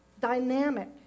dynamic